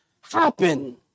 happen